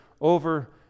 over